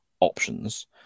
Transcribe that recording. options